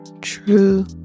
True